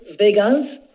vegans